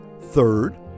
Third